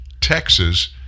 Texas